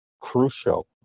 crucial